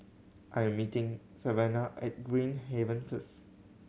I am meeting Savanna at Green Haven first